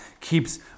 keeps